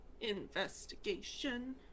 Investigation